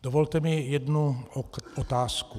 Dovolte mi jednu otázku.